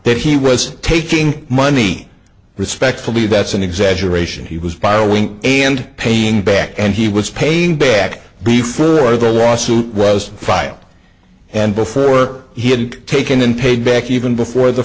but he was taking money respectfully that's an exaggeration he was borrowing and paying back and he was paying back before the lawsuit was filed and before work he hadn't taken and paid back even before the